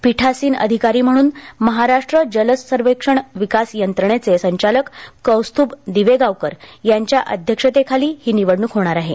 पिठासीन अधिकारी म्हणून महाराष्ट्र जलसर्वक्षण विकास यंत्रणेचे संचालक कौस्तभ दिवेगावकर यांच्या अध्यक्षतेखाली ही निवडणुक होणार आहे